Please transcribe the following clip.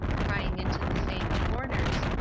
prying into the same corners,